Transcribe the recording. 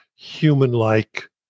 human-like